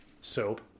Soap